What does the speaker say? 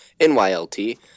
NYLT